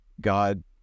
God